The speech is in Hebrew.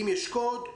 אם יש קוד לבוש,